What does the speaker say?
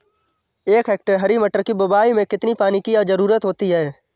एक हेक्टेयर हरी मटर की बुवाई में कितनी पानी की ज़रुरत होती है?